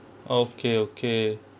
okay okay